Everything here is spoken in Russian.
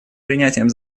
принятием